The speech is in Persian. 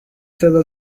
صدا